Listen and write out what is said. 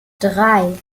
drei